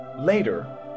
Later